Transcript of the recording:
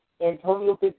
Antonio